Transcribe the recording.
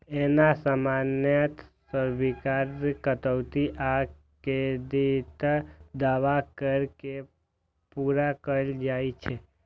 एना सामान्यतः स्वीकार्य कटौती आ क्रेडिटक दावा कैर के पूरा कैल जाइ छै